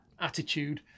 attitude